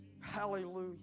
Hallelujah